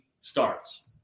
starts